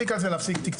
הכי קל זה להפסיק תקצוב,